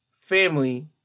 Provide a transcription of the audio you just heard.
family